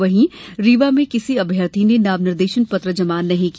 वहीं रीवा में किसी अभ्यर्थी ने नाम निर्देशन पत्र जमा नहीं किया